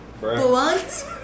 blunt